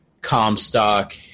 Comstock